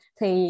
thì